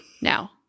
Now